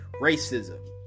racism